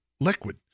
liquid